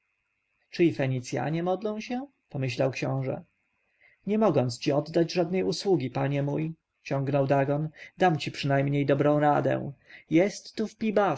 czy i fenicjanie modlą się pomyślał książę nie mogąc ci oddać żadnej usługi panie mój ciągnął dagon dam ci przynajmniej dobrą radę jest tu w